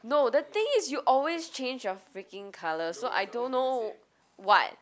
no the thing is you always change your freaking colour so I don't know [what]